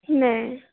नहि